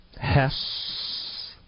Hess